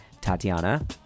Tatiana